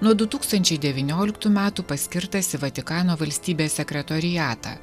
nuo du tūkstančiai devynioliktų metų paskirtas į vatikano valstybės sekretoriatą